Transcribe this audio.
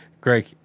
Greg